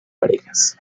parejas